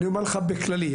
אני אומר לך באופן כללי,